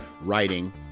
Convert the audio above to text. writing